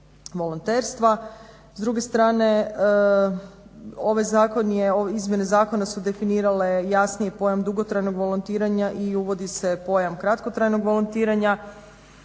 volonterstva. S druge strane, ove izmjene zakona su definirale jasnije pojam dugotrajnog volontiranja i uvodi se pojam kratkotrajnog volontiranja.